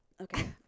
Okay